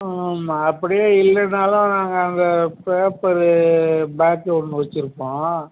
அப்படியே இல்லைனாலும் நாங்கள் அந்த பேப்பரு பேக் ஒன்று வைச்சிருப்போம்